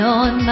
on